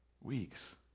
Weeks